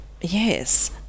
Yes